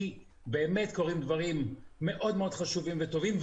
כי באמת קורים דברים מאוד מאוד חשובים וטובים.